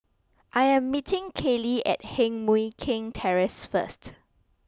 I am meeting Kaylie at Heng Mui Keng Terrace first